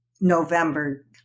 November